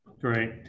great